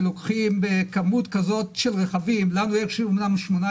המשמעויות של החלפת שמנים וסולר הן בכמויות